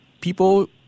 people